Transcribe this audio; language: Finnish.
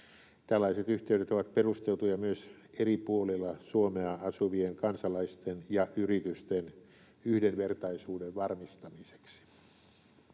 Tällaiset yhteydet ovat perusteltuja myös eri puolilla Suomea asuvien kansalaisten ja yritysten yhdenvertaisuuden varmistamiseksi.